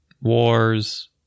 wars